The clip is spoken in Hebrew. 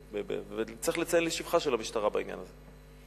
צריך לציין לשבחה של המשטרה בעניין הזה.